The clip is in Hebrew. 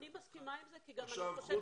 אני מסכימה עם זה כי גם אני חושבת